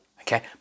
okay